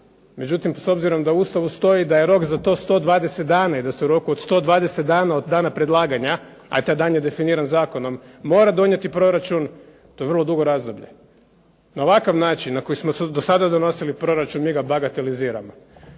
međutim s obzirom da u Ustavu stoji da je rok za to 120 dana i da se u roku od 120 dana od dana predlaganja, a taj dan je definiran zakonom, mora donijeti proračun to je vrlo dugo razdoblje. Na ovakav način na koji smo dosada donosili proračun mi ga bagateliziramo.